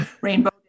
rainbow